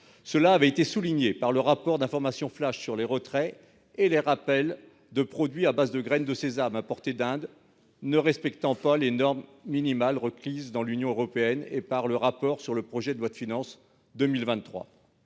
cela est démontré dans le rapport d'information du Sénat sur les retraits et les rappels de produits à base de graines de sésame importées d'Inde ne respectant pas les normes minimales requises dans l'Union européenne et dans le rapport sur le projet de loi de finances pour